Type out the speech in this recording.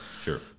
sure